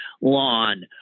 lawn